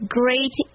great